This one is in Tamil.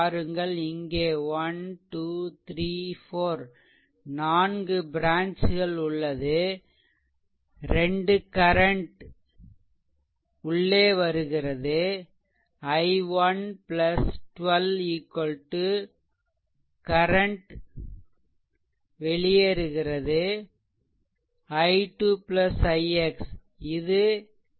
பாருங்கள் இங்கே 1 2 3 4 நான்கு ப்ரான்ச்கள்உள்ளது 2 கரண்ட் are உள்ளே வருகிறது i1 12 2 2 கரண்ட் வெளியேறுகிறது i 2 ix